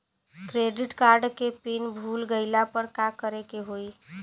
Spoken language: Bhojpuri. क्रेडिट कार्ड के पिन भूल गईला पर का करे के होई?